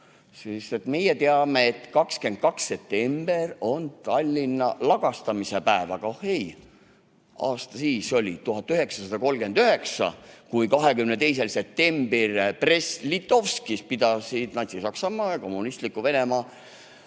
Meie teame, et 22. september on Tallinna lagastamise päev, aga oh ei, aasta siis oli 1939, kui 22. septembril Brest-Litovskis pidasid Natsi-Saksamaa ja kommunistliku Venemaa